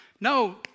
no